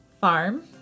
farm